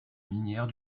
minière